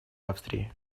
австрии